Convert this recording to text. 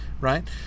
right